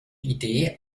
idee